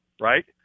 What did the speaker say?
Right